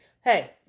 Hey